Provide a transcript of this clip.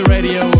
Radio